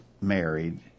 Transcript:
married